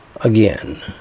again